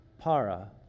para